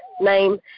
name